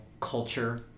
Culture